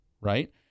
right